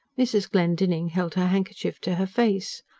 mrs. glendinning held her handkerchief to her face.